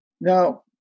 Now